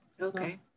okay